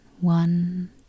one